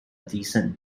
decent